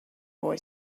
boy